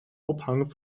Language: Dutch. ophangen